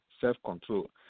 self-control